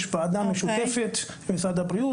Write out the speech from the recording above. יש ועדה משותפת במשרד הבריאות,